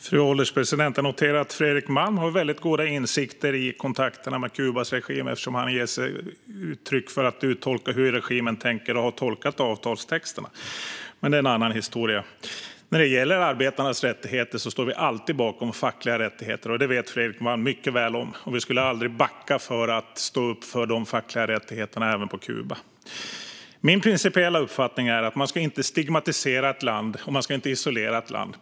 Fru ålderspresident! Jag noterar att Fredrik Malm har väldigt goda insikter i kontakterna med Kubas regim, eftersom han ger uttryck för och uttolkar hur regimen tänker och har tolkat avtalstexterna. Men det är en annan historia. När det gäller arbetarnas rättigheter står vi alltid bakom fackliga rättigheter, och detta vet Fredrik Malm mycket väl. Vi skulle aldrig backa för att stå upp för de fackliga rättigheterna även på Kuba. Min principiella uppfattning är att man inte ska stigmatisera eller isolera ett land.